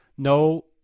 No